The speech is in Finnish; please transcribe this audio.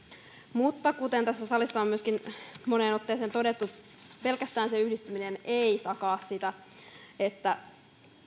mutta kuten tässä salissa on myöskin moneen otteeseen todettu pelkästään yhdistyminen ei takaa sitä että